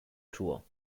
tour